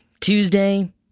Tuesday